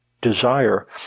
desire